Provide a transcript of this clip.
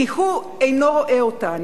כי הוא אינו רואה אותן,